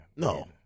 No